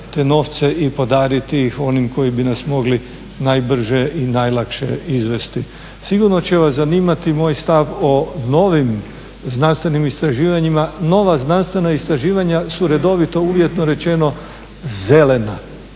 te novce i podariti ih onima koji bi nas mogli najbrže i najlakše izvesti. Sigurno će vas zanimati moj stav o novim znanstvenim istraživanjima. Nova znanstvena istraživanja su redovito, uvjetno rečeno, zelena.